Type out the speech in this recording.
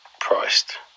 priced